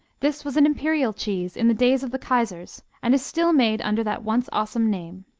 this was an imperial cheese in the days of the kaisers and is still made under that once awesome name.